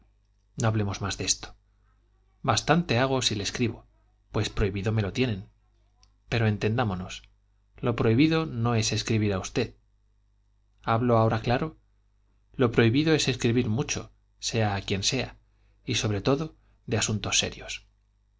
no hablemos más de esto bastante hago si le escribo pues prohibido me lo tienen pero entendámonos lo prohibido no es escribir a usted hablo ahora claro lo prohibido es escribir mucho sea a quien sea y sobre todo de asuntos serios